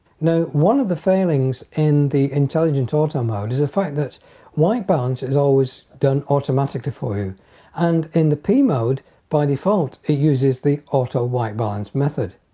now one of the failings in the intelligent auto mode is a fact that white balance is always done automatically for you and in the p mode by default it uses the auto white balance method.